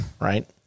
Right